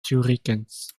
hurricanes